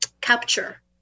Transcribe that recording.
capture